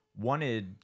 wanted